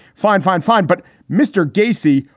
fine, fine, fine. but, mr. gacy,